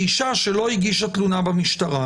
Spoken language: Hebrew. אישה בחרה לא להגיש תלונה במשטרה